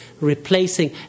Replacing